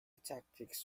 tactics